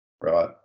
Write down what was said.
Right